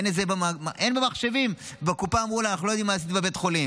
אין את זה במחשבים ובקופה אמרו לה: אנחנו לא יודעים מה עשית בבית חולים.